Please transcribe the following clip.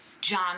John